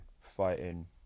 fighting